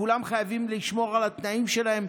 כולם חייבים לשמור על התנאים שלהם,